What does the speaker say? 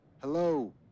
Hello